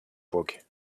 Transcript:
book